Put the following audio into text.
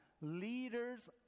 leaders